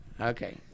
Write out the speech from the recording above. Okay